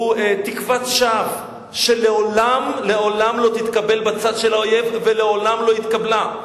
הוא תקוות שווא שלעולם לעולם לא תתקבל בצד של האויב ולעולם לא התקבלה.